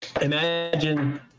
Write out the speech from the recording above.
imagine